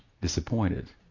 disappointed